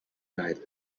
died